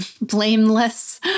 blameless